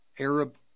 Arab